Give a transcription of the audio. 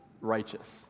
righteous